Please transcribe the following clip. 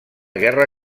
guerra